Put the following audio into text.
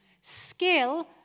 Skill